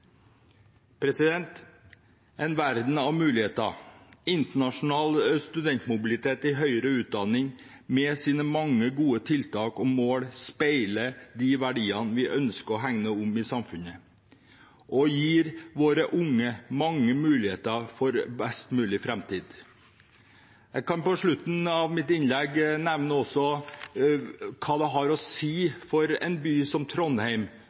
en verden av muligheter. Internasjonal studentmobilitet i høyere utdanning med sine mange gode tiltak og mål speiler de verdiene vi ønsker å hegne om i samfunnet, og gir våre unge mange muligheter for en best mulig framtid. Jeg vil på slutten av mitt innlegg også nevne hva det har å si for en by som Trondheim